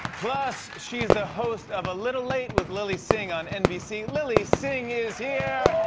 plus, she's the host of a little late with lilly singh on nbc lilly singh is here!